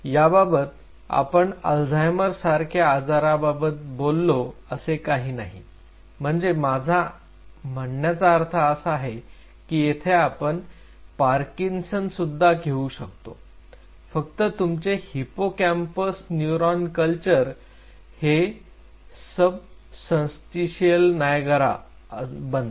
याबाबत आपण अल्झायमर सारख्या आजाराबाबत बोललो असे काही नाही म्हणजे माझा असा आहे की येथे आपण पार्किन्सन सुद्धा घेऊ शकतो फक्त तुमचे हिप्पोकॅम्पस न्यूरॉन कल्चर हे सबस्तान्शियल नायगरा बनते